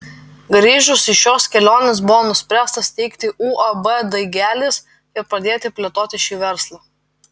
grįžus iš šios kelionės buvo nuspręsta steigti uab daigelis ir pradėti plėtoti šį verslą